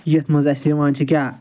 یَتھ منٛز اَسہِ یِوان چھِ کیٛاہ